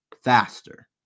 faster